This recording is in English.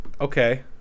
okay